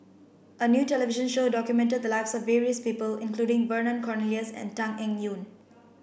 a new television show documented the lives of various people including Vernon Cornelius and Tan Eng Yoon